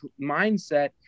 mindset